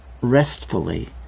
restfully